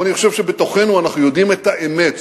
אבל אני חושב שבתוכנו אנחנו יודעים את האמת.